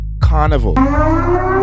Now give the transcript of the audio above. Carnival